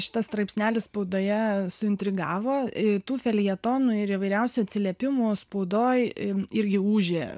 šitas straipsnelis spaudoje suintrigavo tų feljetonų ir įvairiausių atsiliepimų spaudoj irgi ūžė